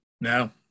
No